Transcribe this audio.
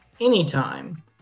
anytime